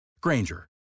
Granger